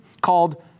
called